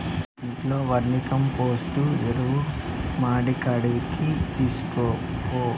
ఇంట్లో వర్మీకంపోస్టు ఎరువు మడికాడికి తీస్కపో